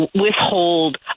withhold